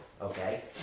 okay